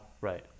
right